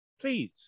Please